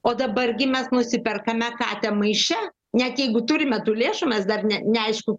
o dabar gi mes nusiperkame katę maiše net jeigu turime tų lėšų mes dar ne neaišku